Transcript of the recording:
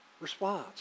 response